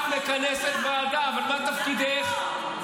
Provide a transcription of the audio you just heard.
את מכנסת ועדה, אבל מה תפקידך?